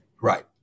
Right